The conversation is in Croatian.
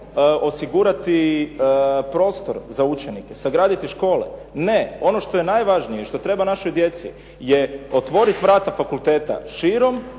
osigurati prostor za učenike, sagraditi škole, ne ono što je najvažnije, što treba našoj djeci je otvoriti vrata fakulteta širom,